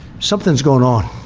something's going on.